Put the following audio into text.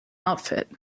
outfit